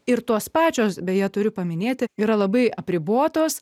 ir tos pačios beje turiu paminėti yra labai apribotos